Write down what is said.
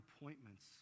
appointments